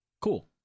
Cool